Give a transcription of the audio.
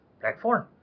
platform